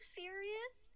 serious